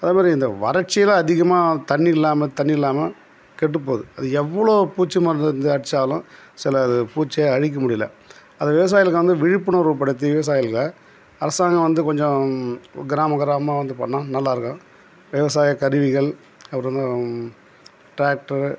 அதேமாதிரி இந்த வறட்சியெலாம் அதிகமாக தண்ணி இல்லாமல் தண்ணி இல்லாமல் கெட்டு போகுது அது எவ்வளோ பூச்சி மருந்து வந்து அடித்தாலும் சில இது பூச்சியை அழிக்க முடியலை அது விவசாயிகளுக்கு வந்து விழிப்புணர்வுப்படுத்தி விவசாயிகளை அரசாங்கம் வந்து கொஞ்சம் கிராமம் கிராமமாக வந்து பண்ணிணா நல்லா இருக்கும் விவசாய கருவிகள் அப்புறமா ட்ராக்டரு